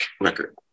record